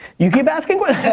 you keep asking quest